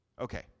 Okay